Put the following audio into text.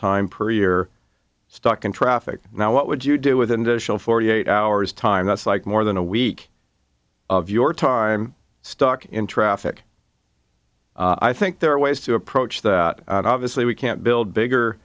time per year stuck in traffic now what would you do within the show forty eight hours time that's like more than a week of your time stuck in traffic i think there are ways to approach that obviously we can't build bigger